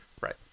Right